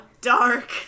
Dark